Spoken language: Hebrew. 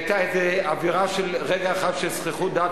היתה איזה אווירה של רגע אחד של זחיחות דעת,